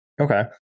Okay